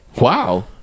Wow